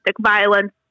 violence